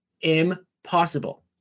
impossible